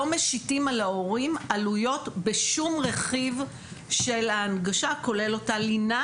לא משיתים על ההורים עלויות בשום רכיב של ההנגשה כולל אותה לינה,